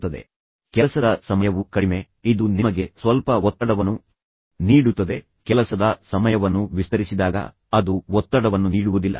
ಈಗ ನಾನು ಇದನ್ನು ಹೇಳಲು ಪ್ರಯತ್ನಿಸುತ್ತಿದ್ದೇನೆ ನಾನು ಹೇಳಲು ಬಯಸುವುದೇನೆಂದರೆ ಕೆಲಸದ ಸಮಯವು ಕಡಿಮೆ ಇದು ನಿಮಗೆ ಸ್ವಲ್ಪ ಒತ್ತಡವನ್ನು ನೀಡುತ್ತದೆ ಕೆಲಸದ ಸಮಯವನ್ನು ವಿಸ್ತರಿಸಿದಾಗ ಅದು ಒತ್ತಡವನ್ನು ನೀಡುವುದಿಲ್ಲ